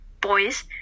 boys